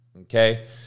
okay